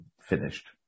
finished